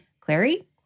Clary